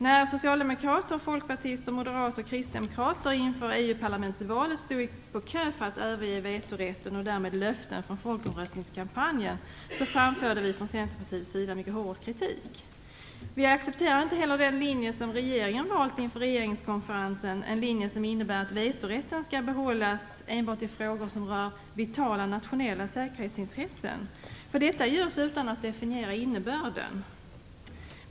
När socialdemokrater, folkpartister, moderater och kristdemokrater inför EU-parlamentsvalet stod på kö för att överge vetorätten och därmed löften från folkomröstningskampanjen framförde vi från Centerpartiets sida mycket hård kritik. Vi accepterade inte heller den linje som regeringen valt inför regeringskonferensen - en linje som innebär att vetorätten skall behållas enbart i frågor som rör vitala nationella säkerhetsintressen. Detta görs utan att definiera innebörden.